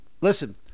Listen